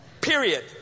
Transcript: Period